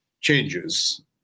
changes